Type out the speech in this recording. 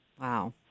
Wow